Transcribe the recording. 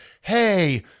hey